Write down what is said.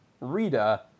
Rita